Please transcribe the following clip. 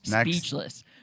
speechless